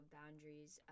boundaries